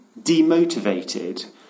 demotivated